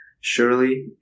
surely